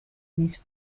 mis